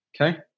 Okay